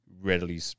Readily